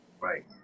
Right